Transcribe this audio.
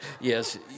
Yes